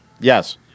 Yes